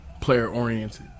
player-oriented